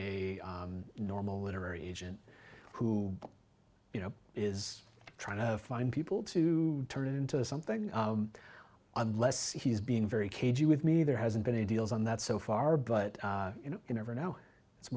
a normal literary agent who you know is trying to find people to turn into something unless he's being very cagey with me there hasn't been any deals on that so far but you know you never know it's